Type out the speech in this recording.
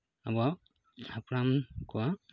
ᱟᱵᱚ ᱦᱟᱯᱲᱟᱢ ᱠᱚᱣᱟᱜ